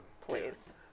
please